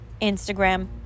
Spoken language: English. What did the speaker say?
Instagram